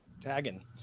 tagging